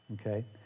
Okay